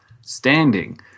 standing